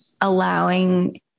allowing